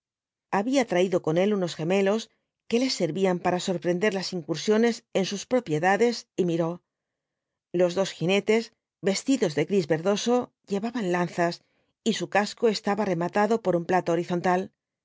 había traído con él unos gemelos que le servían para sorprender las incursiones en sus propiedades y miró los dos jinetes vestidos de gris verdoso llevaban lanzas y su casco estaba rematado por un plato horizontal